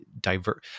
diverse